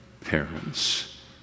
parents